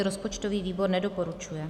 Rozpočtový výbor nedoporučuje.